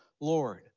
Lord